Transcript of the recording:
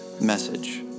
message